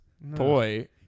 Boy